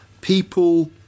people